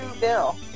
bill